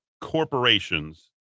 corporations